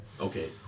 Okay